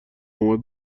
اومد